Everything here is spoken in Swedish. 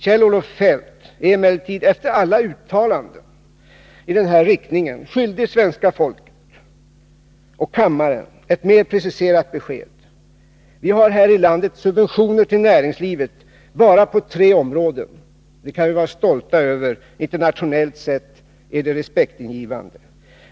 Kjell-Olof Feldt är emellertid efter alla uttalanden i den här riktningen skyldig svenska folket och kammaren ett mer preciserat besked. Vi har här i landet subventioner till näringslivet bara på tre områden. Det kan vi vara stolta över — internationellt sett är det respektingivande.